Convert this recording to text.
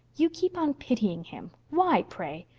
you keep on pitying him. why, pray?